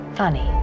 funny